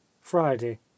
friday